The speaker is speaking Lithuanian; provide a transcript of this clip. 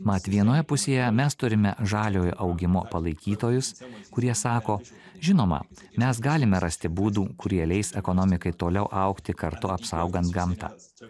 mat vienoje pusėje mes turime žaliojo augimo palaikytojus kurie sako žinoma mes galime rasti būdų kurie leis ekonomikai toliau augti kartu apsaugant gamtą